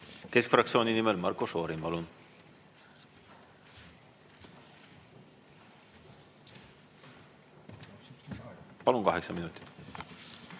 Keskfraktsiooni nimel Marko Šorin. Palun, kaheksa minutit!